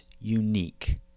unique